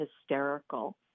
hysterical